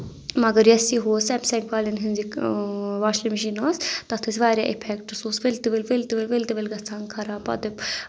مگر یۄس یہِ اوس سمسایَن ہٕنٛز یہِ واشِنٛگ مِشیٖن ٲس تَتھ ٲسۍ واریاہ اِفیکٹہٕ سُہ اوس ؤلۍ تہِ ؤلۍ ؤلۍ تہِ ؤلۍ ؤلۍ تہِ وٲلۍ گژھان خراب پَتہٕ